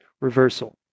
reversal